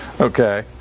Okay